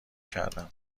کردم